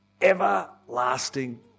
everlasting